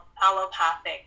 allopathic